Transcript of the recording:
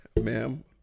Ma'am